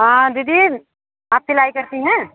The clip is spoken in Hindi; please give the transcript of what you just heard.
आं दीदी आप सिलाई करती हैं